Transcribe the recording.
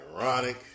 ironic